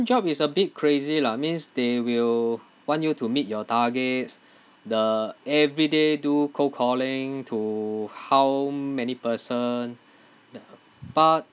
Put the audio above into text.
job is a bit crazy lah means they will want you to meet your targets the every day do cold calling to how many person but